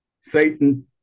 Satan